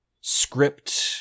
script